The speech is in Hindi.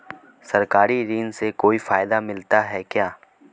सरकारी ऋण से कोई फायदा मिलता है क्या?